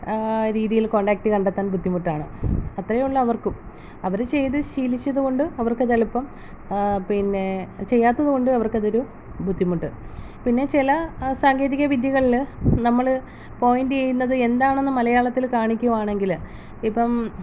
രീതിയിൽ കോൺടാക്റ്റ് ചെയ്യാൻ ബുദ്ധിമുട്ടാണ് അത്രയേ ഉളളൂ അവർക്കും അവർ ചെയ്ത് ശീലിച്ചതുകൊണ്ട് അവർക്ക് അത് എളുപ്പം പിന്നെ ചെയ്യാത്തതുകൊണ്ട് അവർക്ക് അതൊരു ബുദ്ധിമുട്ട് പിന്നെ ചില സാങ്കേതിക വിദ്യകളിൽ നമ്മൾ പോയിൻറ് ചെയ്യുന്നത് എന്താണെന്ന് മലയാളത്തിൽ കാണിക്കുവാണെങ്കിൽ ഇപ്പം